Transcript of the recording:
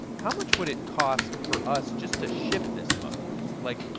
how much would it cost for us just to ship this mug, like,